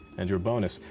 and your bonus.